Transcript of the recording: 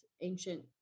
ancient